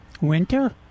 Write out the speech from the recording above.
Winter